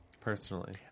Personally